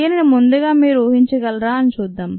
దీనిని ముందుగా మీరు ఊహించగలరా అని చూద్దాం